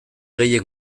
gehien